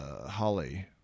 Holly